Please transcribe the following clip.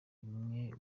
imwe